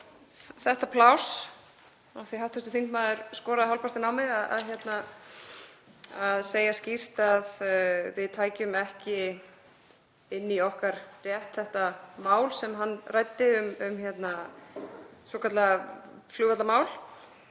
þetta pláss af því hv. þingmaður skoraði hálfpartinn á mig að segja skýrt að við tækjum ekki inn í okkar rétt þetta mál sem hann ræddi um, svokallað